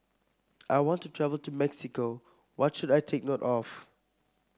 I want to travel to Mexico what should I take note of